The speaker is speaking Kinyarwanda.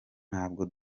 ntabwo